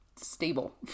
stable